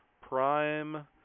Prime